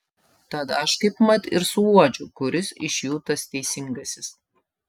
tad aš kaipmat ir suuodžiu kuris iš jų tas teisingasis